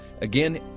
Again